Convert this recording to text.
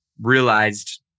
realized